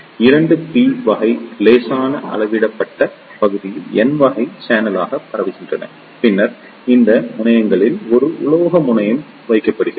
இரண்டு p வகை லேசான அளவிடப்பட்ட பகுதிகள் n வகை சேனலாக பரவுகின்றன பின்னர் இந்த முனையங்களில் ஒரு உலோக முனையம் வைக்கப்படுகிறது